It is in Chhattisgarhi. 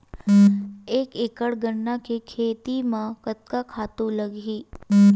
एक एकड़ गन्ना के खेती म कतका खातु लगही?